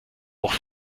auch